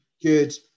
good